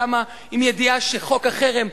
קמה עם ידיעה שחוק החרם,